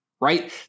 Right